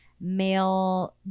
male